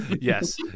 Yes